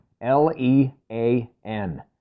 L-E-A-N